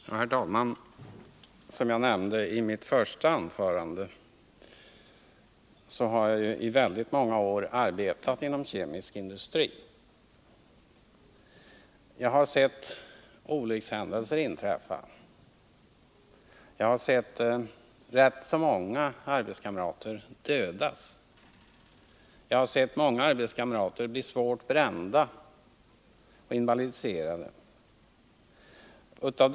Herr talman! Som jag nämnde i mitt första anförande har jag i väldigt många år arbetat inom kemisk industri. Jag har sett olyckshändelser inträffa, jag har sett rätt många arbetskamrater dödas och sett många arbetskamrater bli svårt brända och invalidiserade.